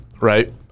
right